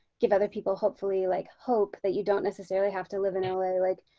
give other people hopefully like hope that you don't necessarily have to live in la. like,